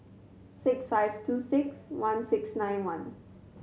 six five two six one six nine one